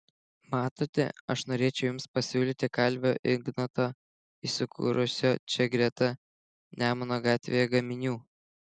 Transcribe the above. matote aš norėčiau jums pasiūlyti kalvio ignoto įsikūrusio čia greta nemuno gatvėje gaminių